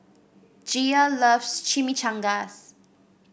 Gia loves Chimichangas